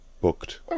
booked